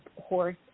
horse